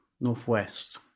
northwest